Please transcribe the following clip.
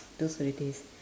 those were the days